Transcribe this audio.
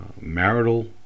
marital